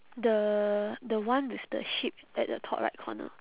the the one with the sheep at the top right corner